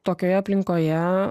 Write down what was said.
tokioje aplinkoje